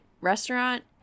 restaurant